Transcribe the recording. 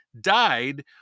died